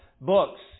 books